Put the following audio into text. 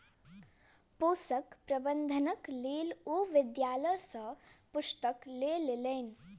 पोषक प्रबंधनक लेल ओ विद्यालय सॅ पुस्तक लय लेलैन